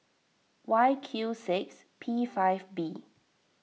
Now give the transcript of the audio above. Y Q six P five B